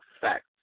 fact